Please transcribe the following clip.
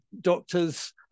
doctors